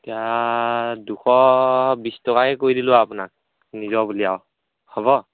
এতিয়া দুশ বিশ টকাকেই কৰি দিলোঁ আৰু আপোনাক নিজৰ বুলি আৰু হ'ব